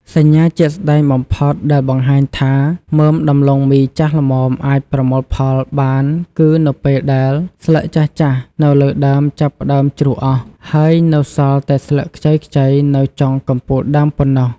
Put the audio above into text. សញ្ញាជាក់ស្តែងបំផុតដែលបង្ហាញថាមើមដំឡូងមីចាស់ល្មមអាចប្រមូលផលបានគឺនៅពេលដែលស្លឹកចាស់ៗនៅលើដើមចាប់ផ្ដើមជ្រុះអស់ ហើយនៅសល់តែស្លឹកខ្ចីៗនៅចុងកំពូលដើមប៉ុណ្ណោះ។